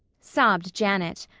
sobbed janet.